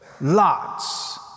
lots